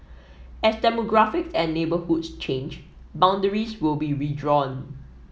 as demographics and neighbourhoods change boundaries will be redrawn